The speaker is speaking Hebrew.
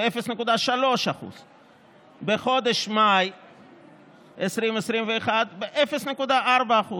ב-0.3%; בחודש מאי 2021, ב-0.4%.